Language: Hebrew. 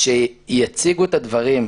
כשיציגו את הדברים,